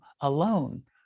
alone